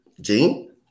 Gene